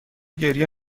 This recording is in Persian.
گریه